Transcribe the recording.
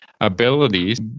abilities